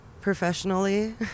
Professionally